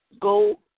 Go